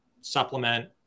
supplement